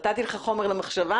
נתתי לך חומר למחשבה.